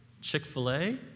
Chick-fil-A